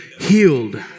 healed